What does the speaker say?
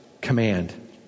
command